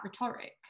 rhetoric